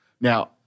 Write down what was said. Now